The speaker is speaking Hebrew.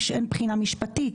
אין בחינה משפטית,